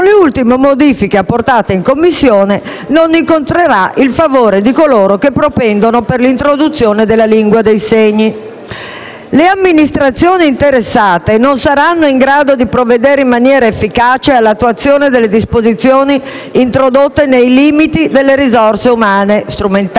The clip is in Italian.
le Amministrazioni interessate non saranno in grado di provvedere in maniera efficace all'attuazione delle disposizioni introdotte nei limiti delle risorse umane, strumentali